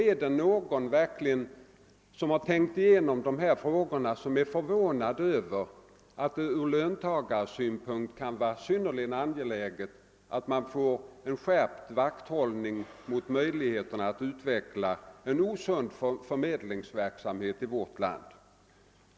Är det verkligen någon som tänkt igenom dessa frågor som är förvånad över att det från löntagarsynpunkt kan vara synnerligen angeläget med en skärpning av vakthållningen mot riskerna att det kan utvecklas en osund förmedlingsverksamhet i vårt land?